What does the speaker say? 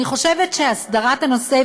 אני חושבת שהסדרת הנושא,